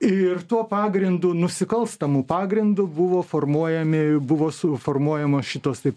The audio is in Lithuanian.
ir tuo pagrindu nusikalstamu pagrindu buvo formuojami buvo suformuojamos šitos taip